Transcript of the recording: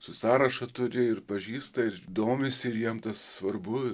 sąrašą turi ir pažįsta ir domisi ir jiem tas svarbu ir